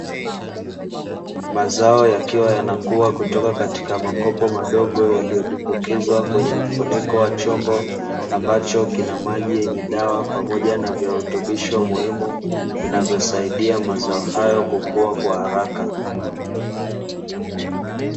Mazao yakiwa yanakua kutoka katika makopo madogo yaliyotumbukizwa kwenye mfuniko wa chombo ambacho kina maji yenye dawa pamoja na virutubisho muhimu, vinavyosaidia mazao hayo kukua kwa haraka.